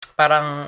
parang